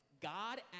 God